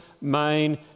main